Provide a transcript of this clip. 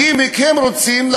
הגימיק, הם רוצים,